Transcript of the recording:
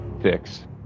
six